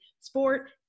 sport